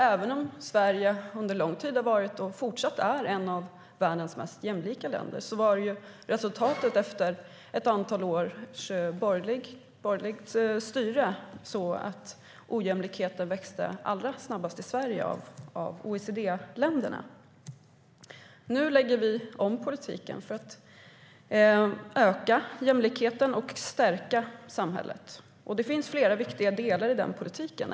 Även om Sverige under lång tid har varit och fortfarande är ett av världens mest jämlika länder var resultatet efter ett antal års borgerligt styre att det bland OECD-länderna var i Sverige ojämlikheten växte allra snabbast. Nu lägger vi om politiken för att öka jämlikheten och stärka samhället. Det finns flera viktiga delar i den politiken.